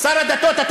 שר הדתות,